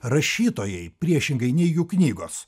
rašytojai priešingai nei jų knygos